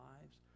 lives